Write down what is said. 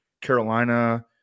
Carolina